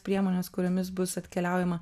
priemones kuriomis bus atkeliaujama